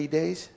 days